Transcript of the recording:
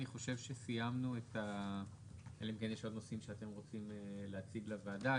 אני חושב שסיימנו אלא אם כן יש עוד נושאים שאתם רוצים להציג לוועדה.